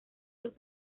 los